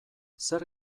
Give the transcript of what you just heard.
zer